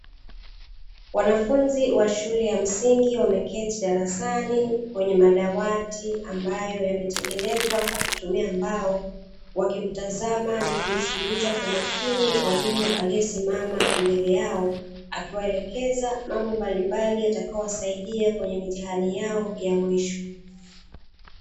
Wanafunzi wa shule ya msingi wameketi darasani, kwenye madawati ambayo yametengenezwa kwa kutumia mbao, wakimtazama na kumsikiliza kwa makini mwalimu aliyesimama mbele yao, akiwaelekeza mambo mbalimbali yatakayowasaidia kwenye mitihani yao ya mwisho.